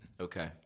Okay